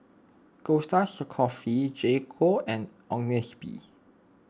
Costa Coffee J Co and Agnes B